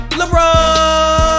LeBron